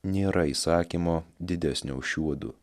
nėra įsakymo didesnio už šiuodu